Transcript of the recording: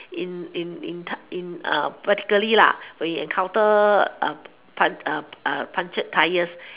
in in in practically lah when you encounter pun~ punctured tyres